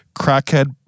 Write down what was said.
Crackhead